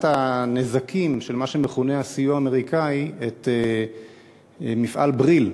הנזקים של מה שמכונה הסיוע האמריקני את מפעל "בריל"